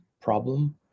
problem